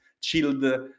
chilled